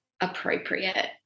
appropriate